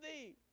thee